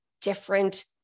different